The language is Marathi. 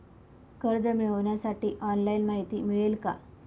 कर्ज मिळविण्यासाठी ऑनलाइन माहिती मिळेल का?